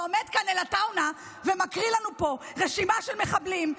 עומד כאן עטאונה ומקריא לנו פה רשימה של מחבלים,